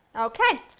okay.